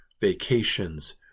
vacations